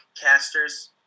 Casters